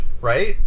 right